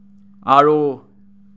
আৰু